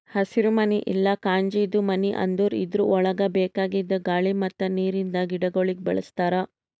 ಹಸಿರುಮನಿ ಇಲ್ಲಾ ಕಾಜಿಂದು ಮನಿ ಅಂದುರ್ ಇದುರ್ ಒಳಗ್ ಬೇಕಾಗಿದ್ ಗಾಳಿ ಮತ್ತ್ ನೀರಿಂದ ಗಿಡಗೊಳಿಗ್ ಬೆಳಿಸ್ತಾರ್